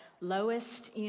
lowest